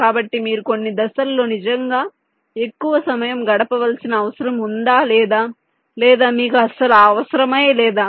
కాబట్టి మీరు కొన్ని దశల్లో నిజంగా ఎక్కువ సమయం గడపవలసిన అవసరం ఉందా లేదా లేదామీకు అస్సలు ఆ అవసరమే లేదా